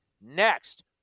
Next